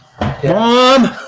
Mom